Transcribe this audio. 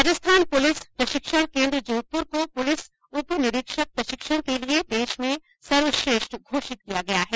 Rajasthan police प्रशिक्षण केन्द्र जोधपुर को पुलिस उप निरीक्षक प्रशिक्षण के लिए देश में सर्वश्रेष्ठ घोषित किया गया है